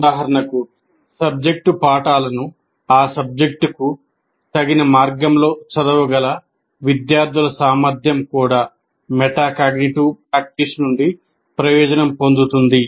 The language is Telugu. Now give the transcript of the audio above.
ఉదాహరణకు సబ్జెక్టు పాఠాలను ఆ సబ్జెక్టుకు తగిన మార్గాల్లో చదవగల విద్యార్థుల సామర్థ్యం కూడా మెటాకాగ్నిటివ్ ప్రాక్టీస్ నుండి ప్రయోజనం పొందుతుంది